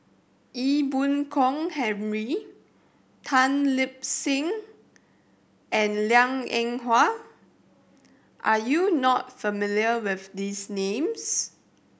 Ee Boon Kong Henry Tan Lip Seng and Liang Eng Hwa are you not familiar with these names